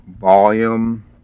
Volume